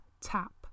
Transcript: tap